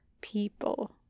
people